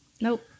Nope